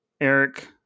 Eric